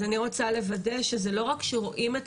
אז אני רוצה לוודא שזה לא רק שרואים את